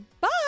Bye